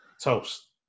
toast